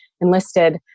enlisted